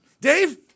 Dave